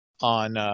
on